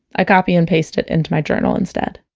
i copy and paste it into my journal instead